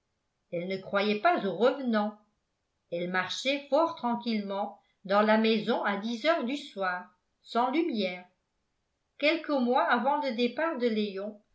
elle ne croyait pas aux revenants elle marchait fort tranquillement dans la maison à dix heures du soir sans lumière quelques mois avant le départ de léon